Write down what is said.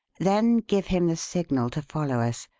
then give him the signal to follow us.